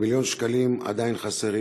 ומיליון שקלים עדיין חסרים.